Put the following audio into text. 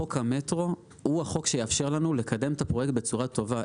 חוק המטרו הוא החוק שיאפשר לנו לקדם את הפרויקט בצורה טובה.